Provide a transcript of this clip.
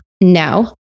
No